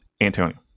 Antonio